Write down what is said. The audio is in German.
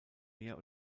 mehr